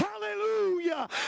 Hallelujah